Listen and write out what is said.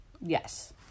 Yes